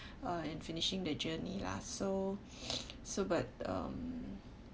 uh and finishing the journey lah so so but um